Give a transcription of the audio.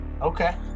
Okay